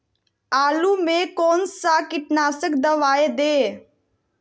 आलू में कौन सा कीटनाशक दवाएं दे?